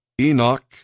Enoch